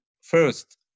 first